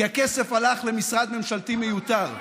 כי הכסף הלך למשרד ממשלתי מיותר.